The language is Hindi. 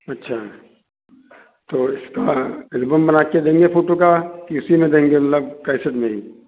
अच्छा तो इसका एलबम बना कर देंगे फोटो का कि इसी मे देंगे लग कैसे देंगे